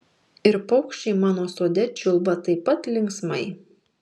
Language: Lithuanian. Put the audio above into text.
ir paukščiai mano sode čiulba taip pat linksmai